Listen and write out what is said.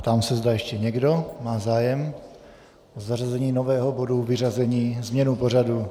Ptám se, zda má ještě někdo zájem o zařazení nového bodu, vyřazení, změnu pořadu.